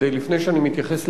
לפני שאני מתייחס לדיון,